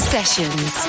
Sessions